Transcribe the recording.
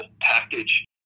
package